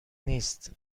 نیست